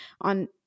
on